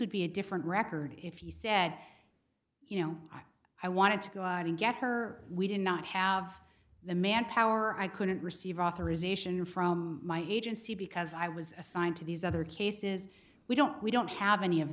would be a different record if you said you know i wanted to go out and get her we did not have the manpower i couldn't receive authorization from my agency because i was assigned to these other cases we don't we don't have any of